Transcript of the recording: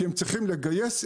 כי הם צריכים לגייס.